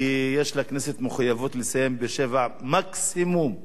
כי יש לכנסת מחויבות לסיים ב-19:00 מקסימום,